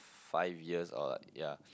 five years or ya